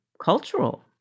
cultural